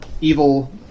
evil